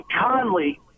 Conley